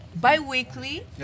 Bi-weekly